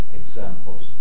examples